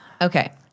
Okay